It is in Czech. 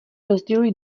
rozdělují